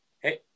hey